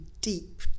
deep